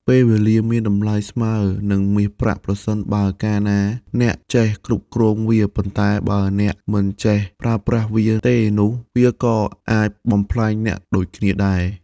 ពេលវេលាមានតំលៃស្មើនិងមាសប្រាក់ ប្រសិនបើការណាអ្នកចេះគ្រវ់គ្រងវា ប៉ុន្តែបើអ្នកមិនចេះប្រើប្រាស់វាទេនោះវាក៏អាចបំផ្លាញអ្នកដូចគ្នាដែរ។